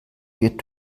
wird